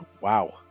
Wow